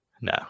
No